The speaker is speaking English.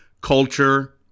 Culture